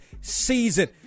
season